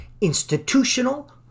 institutional